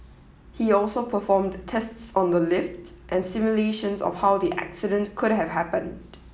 he also performed tests on the lift and simulations of how the accident could have happened